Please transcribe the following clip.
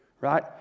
right